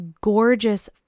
gorgeous